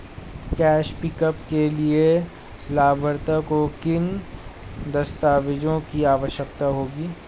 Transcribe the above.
Cash pickup के लिए लाभार्थी को किन दस्तावेजों की आवश्यकता होगी?